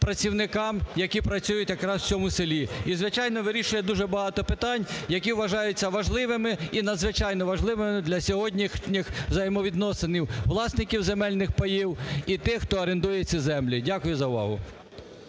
працівникам, які працюють якраз в цьому селі. І, звичайно, вирішує дуже багато питань, які вважаються важливими і надзвичайно важливими для сьогоднішніх взаємовідносин власників земельних паїв і тих, хто орендує ці землі. Дякую за увагу.